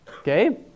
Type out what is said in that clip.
Okay